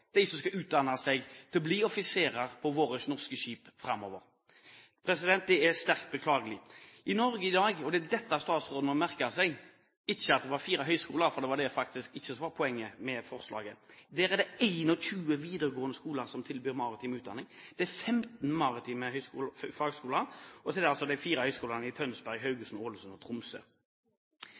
som skal utdanne seg til å bli offiserer på våre norske skip framover. Det er sterkt beklagelig. I Norge i dag – og det er dette statsråden må merke seg, ikke at det er fire høyskoler, for det var faktisk ikke poenget med forslaget – er det 21 videregående skoler som tilbyr maritim utdanning, det er 15 maritime fagskoler, og så er det altså de fire høyskolene i Tønsberg, Haugesund, Ålesund og Tromsø.